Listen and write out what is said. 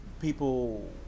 people